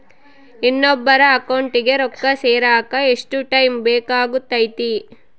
ಇನ್ನೊಬ್ಬರ ಅಕೌಂಟಿಗೆ ರೊಕ್ಕ ಸೇರಕ ಎಷ್ಟು ಟೈಮ್ ಬೇಕಾಗುತೈತಿ?